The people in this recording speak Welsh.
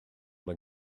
mae